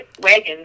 wagons